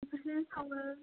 बेफोरखौनो सावो